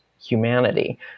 humanity